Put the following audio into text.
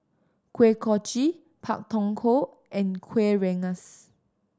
Kuih Kochi Pak Thong Ko and Kueh Rengas